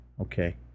okay